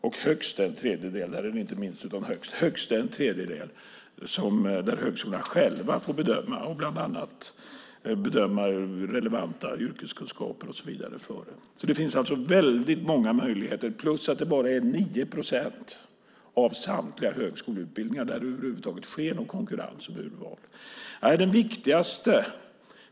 Och högst - där är det inte minst utan högst - en tredjedel får högskolorna själv bedöma bland annat utifrån relevanta yrkeskunskaper och så vidare. Det finns alltså väldigt många möjligheter, plus att det bara är 9 procent av samtliga högskoleutbildningar där det över huvud taget sker någon konkurrens och något urval.